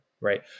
right